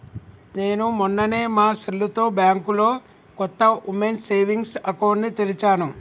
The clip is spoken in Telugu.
నేను మొన్ననే మా సెల్లుతో బ్యాంకులో కొత్త ఉమెన్స్ సేవింగ్స్ అకౌంట్ ని తెరిచాను